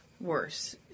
worse